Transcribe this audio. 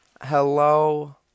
Hello